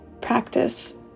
practice